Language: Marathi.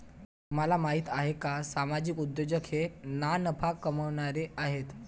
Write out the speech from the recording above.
तुम्हाला माहिती आहे का सामाजिक उद्योजक हे ना नफा कमावणारे आहेत